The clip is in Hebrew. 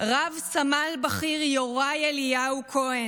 רב-סמל בכיר יוראי אליהו כהן,